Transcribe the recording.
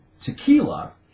tequila